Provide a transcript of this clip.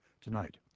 tonight